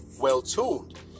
well-tuned